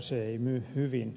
se ei myy hyvin